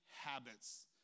habits